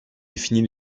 définit